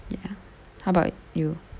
ya how about you